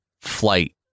flight